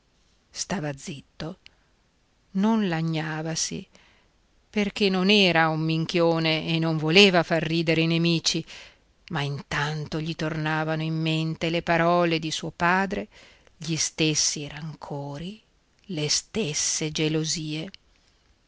stava zitto non lagnavasi perché non era un minchione e non voleva far ridere i nemici ma intanto gli tornavano in mente le parole di suo padre gli stessi rancori le stesse gelosie